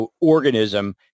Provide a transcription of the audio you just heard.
organism